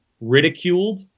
ridiculed